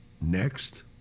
Next